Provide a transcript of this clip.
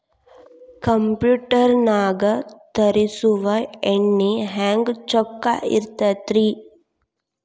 Computer ನಾಗ ತರುಸುವ ಎಣ್ಣಿ ಹೆಂಗ್ ಚೊಕ್ಕ ಇರತ್ತ ರಿ?